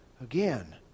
again